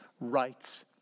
rights